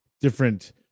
different